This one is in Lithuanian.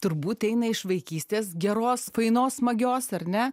turbūt eina iš vaikystės geros fainos smagios ar ne